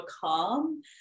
calm